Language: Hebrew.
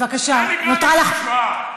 זה נקרא לעשות השוואה,